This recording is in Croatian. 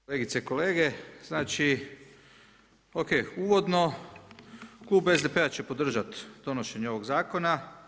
Kolegice i kolege, znači o.k. uvodno klub SDP-a će podržat donošenje ovog zakona.